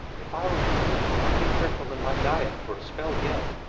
if i were you, i'd be careful in my diet for a spell yet.